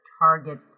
target